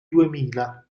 duemila